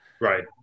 Right